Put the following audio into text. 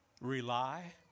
rely